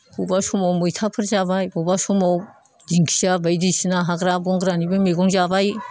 अबा समाव मैथाफोर जाबाय अबा समाव दिंखिया बायदिसिना हाग्रा बंग्रानि मैगं जाबाय